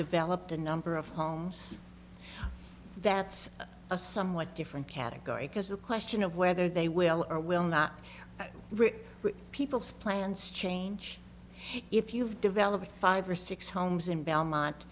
developed a number of homes that's a somewhat different category because the question of whether they will or will not rich people's plans change if you've developed five or six homes in belmont